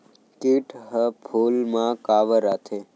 किट ह फूल मा काबर आथे?